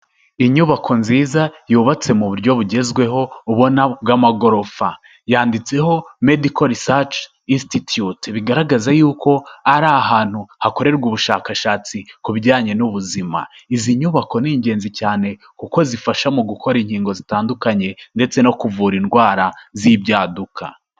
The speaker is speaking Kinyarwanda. Inyubako nziza yubatse mu buryo bugezweho ubona bw'amagorofa, yanditseho: MEDICAL RESEARCH INSTITUTE, bigaragaza y'uko ari ahantu hakorerwa ubushakashatsi ku bijyanye n'ubuzima, izi nyubako ni ingenzi cyane kuko zifasha mu gukora inkingo zitandukanye, ndetse no kuvura indwara z'ibyaduka.